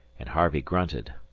and harvey grunted.